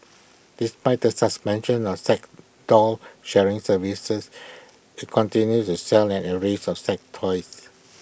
despite the suspension of sex doll sharing services IT continues to sell an arrays of sex toys